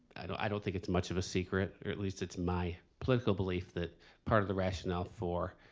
i don't i don't think it's much of a secret or at least it's my political belief that part of the rationale for